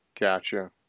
Gotcha